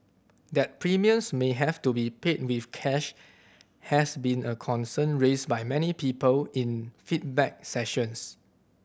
that premiums may have to be paid with cash has been a concern raised by many people in feedback sessions